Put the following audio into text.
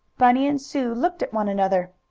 bunny and sue looked at one another.